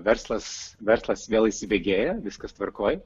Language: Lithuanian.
verslas verslas vėl įsibėgėja viskas tvarkoj